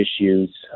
issues